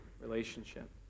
Relationship